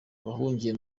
bahungiye